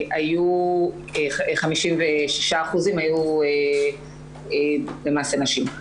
56% היו למעשה נשים,